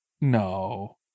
no